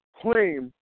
claim